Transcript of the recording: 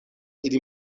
ili